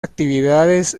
actividades